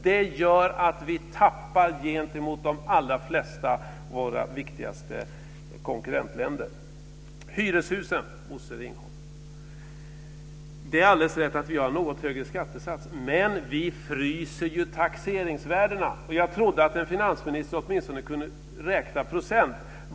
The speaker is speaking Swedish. Det gör att vi tappar gentemot de flesta av de viktigaste konkurrentländerna. Sedan var det frågan om hyreshus, Bosse Ringholm. Det är alldeles rätt att vi föreslår en något högre skattesats. Men vi fryser taxeringsvärdena! Jag trodde att en finansminister åtminstone kunde räkna procent.